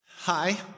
Hi